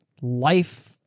life